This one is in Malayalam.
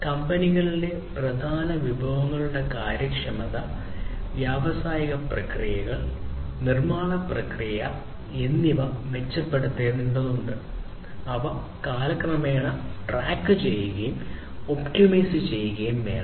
കമ്പനികളിലെ പ്രധാന വിഭവങ്ങളുടെ കാര്യക്ഷമത വ്യാവസായിക പ്രക്രിയകൾ നിർമ്മാണ പ്രക്രിയ എന്നിവ മെച്ചപ്പെടുത്തേണ്ടതുണ്ട് അവ കാലക്രമേണ ട്രാക്കുചെയ്യുകയും ഒപ്റ്റിമൈസ് ചെയ്യുകയും വേണം